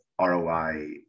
ROI